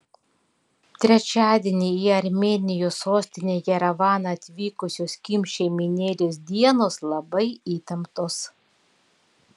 trečiadienį į armėnijos sostinę jerevaną atvykusios kim šeimynėlės dienos labai įtemptos